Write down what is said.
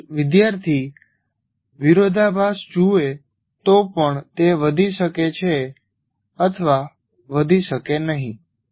જો વિદ્યાર્થી વિરોધાભાસ જુએ તો પણ તે વધી શકે છે અથવા વધી શકે નહીં